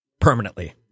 permanently